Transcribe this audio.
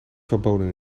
verboden